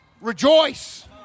rejoice